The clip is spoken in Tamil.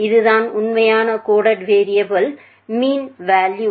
இதுதான் உண்மையான கோடடு வேரியபுள் டிஸ்ட்ரிபியூஷனின் மீன் வேல்யு